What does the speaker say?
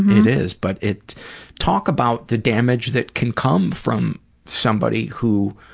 it is. but it talk about the damage that can come from somebody who